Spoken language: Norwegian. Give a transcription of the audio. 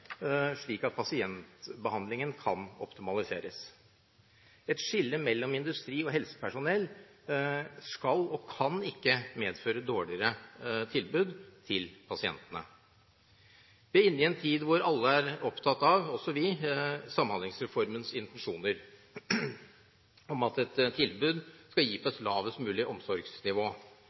slik at pasientbehandlingen kan optimaliseres. Et skille mellom industri og helsepersonell skal og kan ikke medføre dårligere tilbud til pasientene. Vi er inne i en tid hvor alle er opptatt av – også vi – Samhandlingsreformens intensjon om at et tilbud skal gis på et lavest mulig omsorgsnivå.